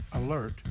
Alert